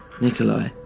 Nikolai